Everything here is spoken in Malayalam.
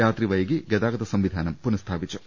രാത്രി വൈകി ഗതാഗത സംവിധാനം പുനസ്ഥാപിച്ചു